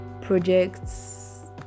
Projects